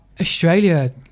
Australia